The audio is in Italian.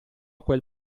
quel